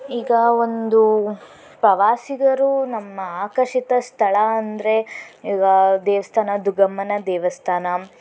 ಈಗ ಒಂದು ಪ್ರವಾಸಿಗರು ನಮ್ಮ ಆಕರ್ಷಿತ ಸ್ಥಳ ಅಂದರೆ ಈಗ ದೇವಸ್ಥಾನ ದುಗ್ಗಮ್ಮನ ದೇವಸ್ಥಾನ